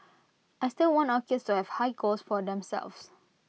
I still want our kids to have high goals for themselves